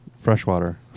Freshwater